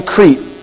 Crete